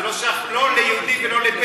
זה לא שייך לא ליהודי ולא לבדואי.